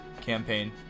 campaign